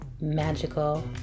magical